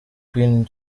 queen